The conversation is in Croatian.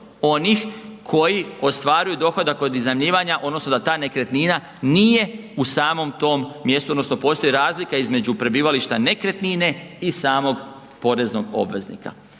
onih koji ostvaruju dohodak od iznajmljivanja, odnosno da ta nekretnina nije u samom tom mjestu, odnosno postoji razlika između prebivalište nekretnine i samog poreznog obveznika.